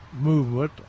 movement